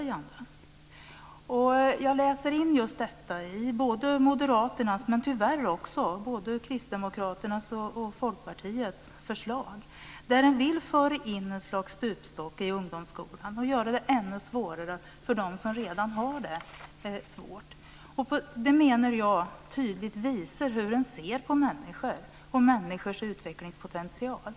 Jag läser in just detta i Moderaternas och tyvärr också i både Kristdemokraternas och Folkpartiets förslag. Man vill föra in ett slags stupstock i ungdomsskolan och göra det ännu svårare för dem som redan har det svårt. Jag menar att det tydligt visar hur man ser på människor och deras utvecklingspotential.